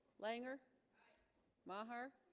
langer maher